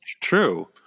true